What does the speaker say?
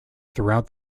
throughout